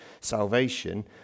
salvation